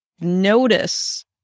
notice